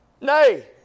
Nay